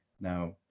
now